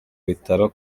bitaro